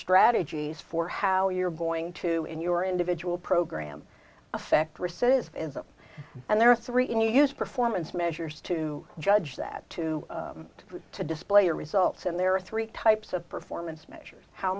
strategies for how you're going to end your individual program affect risk and there are three in use performance measures to judge that too to display results and there are three types of performance measures how